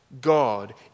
God